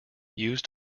used